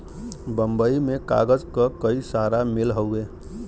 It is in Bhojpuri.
बम्बई में कागज क कई सारा मिल हउवे